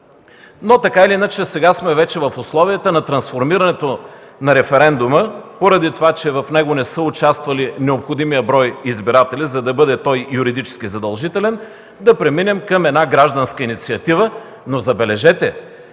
Така или иначе сега сме в условия на трансформирането на референдума поради това, че в него не са участвали необходимия брой избиратели, за да бъде той юридически задължителен и да преминем към гражданска инициатива. Забележете: